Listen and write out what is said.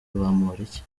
bamporiki